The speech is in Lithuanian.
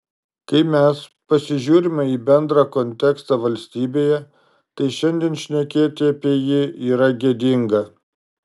kai mes pasižiūrime į bendrą kontekstą valstybėje tai šiandien šnekėti apie jį yra gėdinga